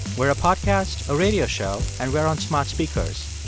we're a podcast, a radio show, and we're on smart speakers.